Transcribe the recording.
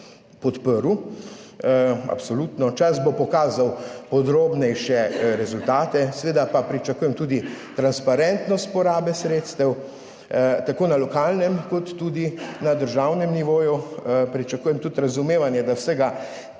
podprl, absolutno. Čas bo pokazal podrobnejše rezultate, seveda pa pričakujem tudi transparentnost porabe sredstev, tako na lokalnem kot tudi na državnem nivoju. Pričakujem tudi razumevanje, da vsega